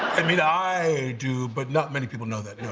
i mean i do but not many people know that.